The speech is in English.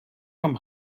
from